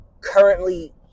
currently